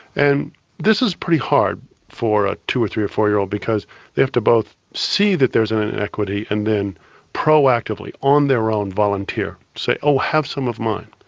and this is pretty hard for a two, three or four year old because they have to both see that there is an an inequity and then proactively, on their own, volunteer. say oh, have some of mine.